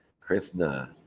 Krishna